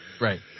Right